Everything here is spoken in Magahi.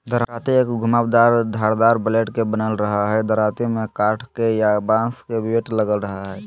दरांती एक घुमावदार धारदार ब्लेड के बनल रहई हई दरांती में काठ या बांस के बेट लगल रह हई